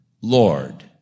Lord